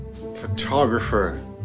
Photographer